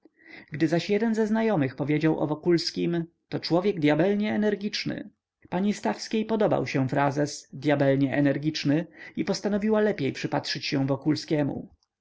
gdy zaś jeden ze znajomych powiedział o wokulskim to człowiek dyabelnie energiczny pani stawskiej podobał się frazes dyabelnie energiczny i postanowiła lepiej przypatrzyć się